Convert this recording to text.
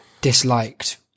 disliked